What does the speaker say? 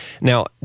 Now